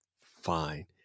Fine